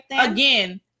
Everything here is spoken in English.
again